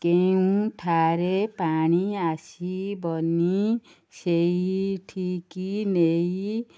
କେଉଁଠାରେ ପାଣି ଆସିବନି ସେଇଠିକି ନେଇ